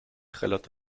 trällert